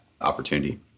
opportunity